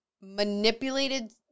manipulated